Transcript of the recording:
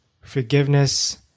forgiveness